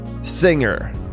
singer